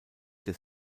des